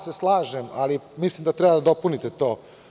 Slažem se, ali mislim da treba da dopunite to.